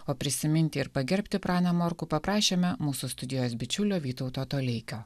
o prisiminti ir pagerbti praną morkų paprašėme mūsų studijos bičiulio vytauto toleikio